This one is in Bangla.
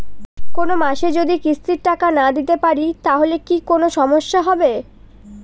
কোনমাসে যদি কিস্তির টাকা না দিতে পারি তাহলে কি কোন সমস্যা হবে?